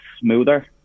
smoother